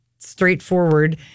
Straightforward